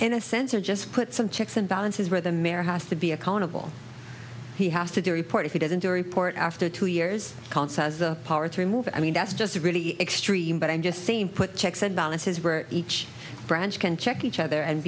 in a sense or just put some checks and balances where the mayor has to be accountable he has to do a report if he doesn't do a report after two years consols the power to remove it i mean that's just a really extreme but i'm just saying put checks and balances where each branch can check each other and